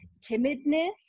timidness